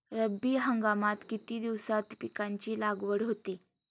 रब्बी हंगामात किती दिवसांत पिकांची लागवड होते?